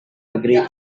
negeri